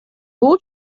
бул